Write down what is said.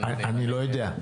לא יודע.